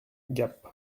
gap